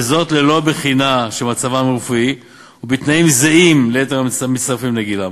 ללא בחינה של מצבם הרפואי ובתנאים זהים ליתר המצטרפים בני גילם.